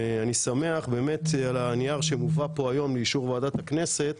ואני שמח על הנייר שמובא פה היום לאישור ועדת הכנסת,